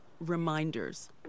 reminders